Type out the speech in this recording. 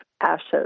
ashes